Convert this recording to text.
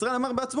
ישראל אמר בעצמו,